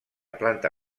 planta